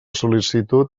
sol·licitud